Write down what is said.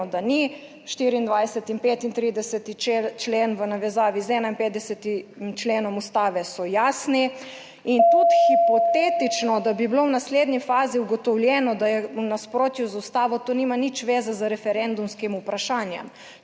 da ni 24. in 35. člen v navezavi z 51. členom Ustave so jasni in tudi hipotetično, da bi bilo v naslednji fazi ugotovljeno, da je v nasprotju z Ustavo to nima nič veze z referendumskim vprašanjem.